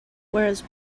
whereas